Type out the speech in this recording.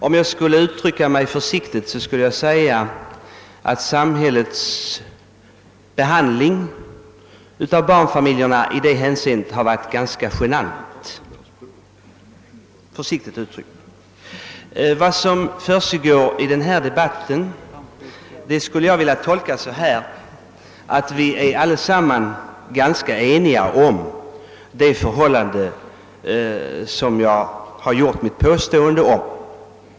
Om jag uttrycker mig försiktigt skulle jag kunna säga att samhällets behandling av barnfamiljerna i det hänseendet varit ganska genant. Jag skulle vilja tolka den här debatten som så att vi allesammans är ganska eniga om det riktiga i mitt påstående.